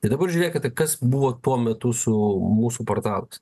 tai dabar žiūrėkite kas buvo tuo metu su mūsų portalais